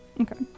Okay